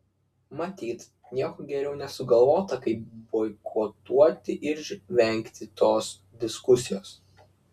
matyt nieko geriau nesugalvota kaip boikotuoti ir vengti tos diskusijos